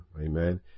Amen